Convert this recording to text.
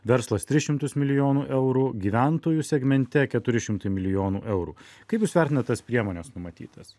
verslas tris šimtus milijonų eurų gyventojų segmente keturi šimtai milijonų eurų kaip jūs vertinat tas priemones numatytas